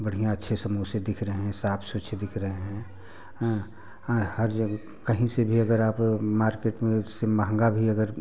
बढ़िया अच्छे समोसे दिख रहे हैं साफ स्वच्छ दिख रहे हैं हाँ और जब कहीं से भी मार्केट से मंहगा भी अगर